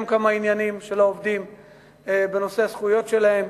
כמה עניינים בנושא הזכויות של העובדים.